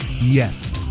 Yes